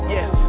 Yes